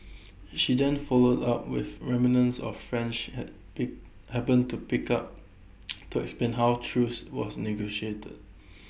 she then followed up with remnants of French happy happened to pick up to explain how truce was negotiated